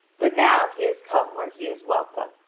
but now he has come where he is welcome,